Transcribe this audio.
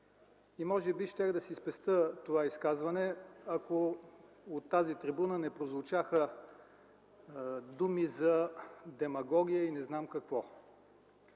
Може би щях да си спестя това изказване, ако от тази трибуна не прозвучаха думи за „демагогия” и не знам какво.